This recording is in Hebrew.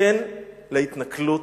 כן, להתנכלות,